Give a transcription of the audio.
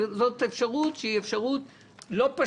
זאת אפשרות שהיא אפשרות ריאלית,